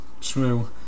True